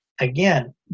Again